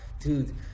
dude